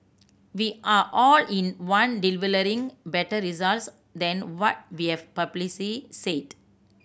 we are all in one delivering better results than what we have publicly said